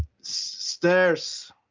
stairs